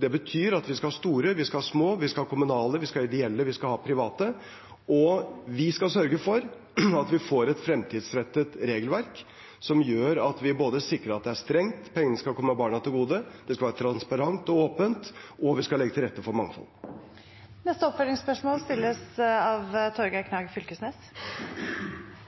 Det betyr at vi skal ha store, vi skal ha små, vi skal ha kommunale, vi skal ha ideelle, vi skal ha private – og vi skal sørge for at vi får et fremtidsrettet regelverk som gjør at vi sikrer både at det er strengt, at pengene kommer barna til gode, at det skal være transparent og åpent, og at vi skal legge til rette for mangfold.